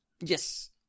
Yes